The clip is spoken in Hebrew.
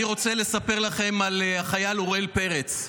אני רוצה לספר לכם על החייל אוריאל פרץ,